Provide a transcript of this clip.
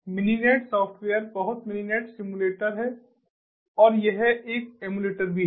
Mininet software बहुत Mininet simulator है और यह एक एमुलेटर भी है